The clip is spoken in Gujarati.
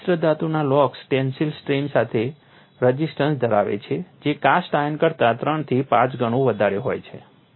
આ મિશ્રધાતુના લોક્સ ટેન્સિલ સ્ટ્રેઇન સામે રઝિસ્ટન્સ ધરાવે છે જે કાસ્ટ આયર્ન કરતા 3 થી 5 ગણું વધારે હોય છે